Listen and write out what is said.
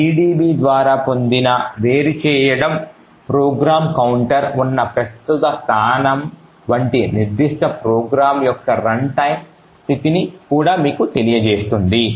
gdb ద్వారా పొందిన వేరుచేయడం ప్రోగ్రామ్ కౌంటర్ ఉన్న ప్రస్తుత స్థానం వంటి నిర్దిష్ట ప్రోగ్రామ్ యొక్క రన్ టైమ్ స్థితిని కూడా మీకు తెలియజేస్తుంది